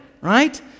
right